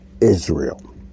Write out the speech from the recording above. Israel